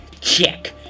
check